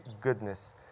goodness